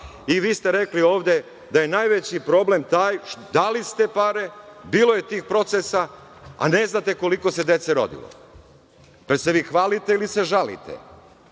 Vi ste rekli ovde da je najveći problem taj, dali ste pare, bilo je tih procesa, a ne znate koliko se dece rodilo. Jel se vi hvalite ili se žalite?